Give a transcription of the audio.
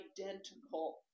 identical